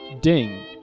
ding